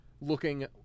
looking